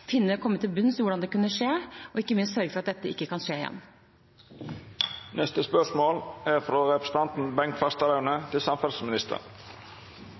komme til bunns i hvordan det kunne skje, og ikke minst sørge for at dette ikke kan skje igjen. «Det må være et mål at store statlige investeringer skal føre til